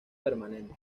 permanente